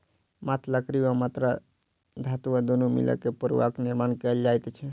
मात्र लकड़ी वा मात्र धातु वा दुनू मिला क फड़ुआक निर्माण कयल जाइत छै